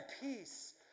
peace